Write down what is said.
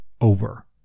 over